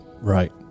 Right